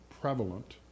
prevalent